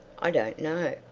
i don't know,